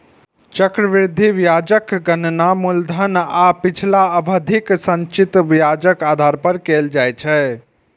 चक्रवृद्धि ब्याजक गणना मूलधन आ पिछला अवधिक संचित ब्याजक आधार पर कैल जाइ छै